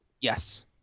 Yes